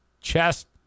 chest